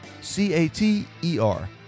C-A-T-E-R